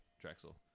Drexel